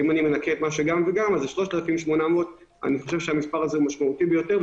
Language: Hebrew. ואם אני מנכה את מה שגם אז זה 3,800. אני חושב שהמספר הזה הוא משמעותי ביותר,